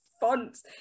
fonts